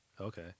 Okay